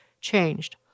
changed